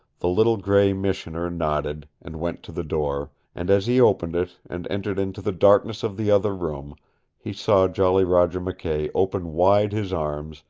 the little gray missioner nodded, and went to the door, and as he opened it and entered into the darkness of the other room he saw jolly roger mckay open wide his arms,